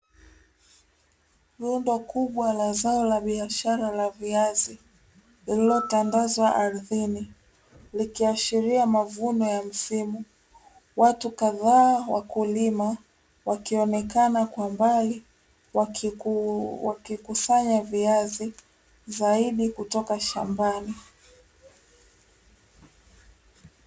Rundo kubwa la zao la biashara la viazi lililotandazwa ardhini likiashira mavuno ya msimu, watu kadhaa wakulima wakionekana kwa umbali wakikusanya viazi zaidi kutoka shambani.